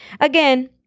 Again